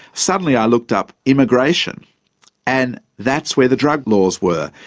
suddenly i looked up immigration and that's where the drug laws were.